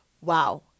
Wow